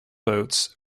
boats